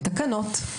תקנות,